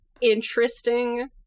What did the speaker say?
interesting